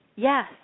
Yes